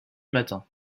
matin